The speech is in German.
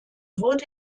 wurde